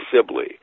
Sibley